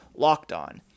LOCKEDON